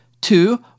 Two